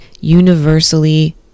universally